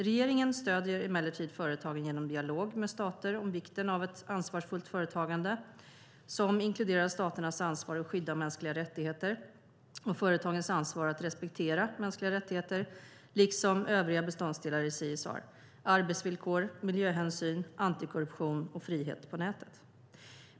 Regeringen stöder emellertid företagen genom dialog med stater om vikten av ett ansvarsfullt företagande som inkluderar staternas ansvar att skydda mänskliga rättigheter, MR, och företagens ansvar att respektera MR liksom övriga beståndsdelar i CSR - arbetsvillkor, miljöhänsyn, antikorruption och frihet på nätet.